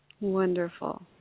Wonderful